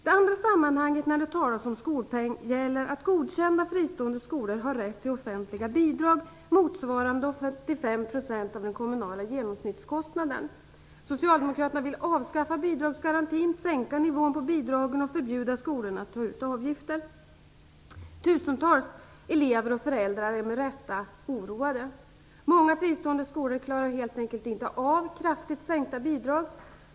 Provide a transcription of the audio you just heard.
Det andra sammanhanget då det talas om skolpeng gäller att godkända fristående skolor har rätt till offentligt bidrag motsvarande 85 % av den kommunala genomsnittskostnaden. Socialdemokraterna vill avskaffa bidragsgarantin, sänka nivån på bidragen och förbjuda skolorna att ta ut avgifter. Tusentals elever och föräldrar är med rätta oroade. Många fristående skolor klarar helt enkelt inte av kraftigt sänkta bidrag.